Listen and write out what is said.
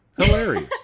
Hilarious